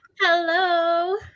Hello